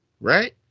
right